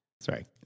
Sorry